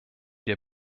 der